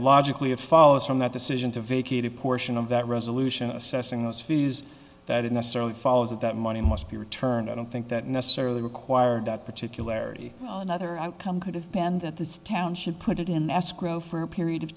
logically it follows from that decision to vacate a portion of that resolution assessing those fees that it necessarily follows that that money must be returned i don't think that necessarily required that particularity another outcome could have been that the town should put it in escrow for a period of